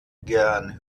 gern